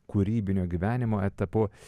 kūrybinio gyvenimo etapu